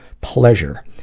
pleasure